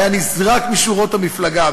הוא היה נזרק משורות המפלגה.